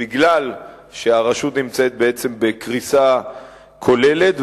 כי הרשות נמצאת בעצם בקריסה כוללת.